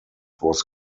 was